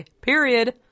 period